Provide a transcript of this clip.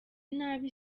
nabi